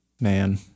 Man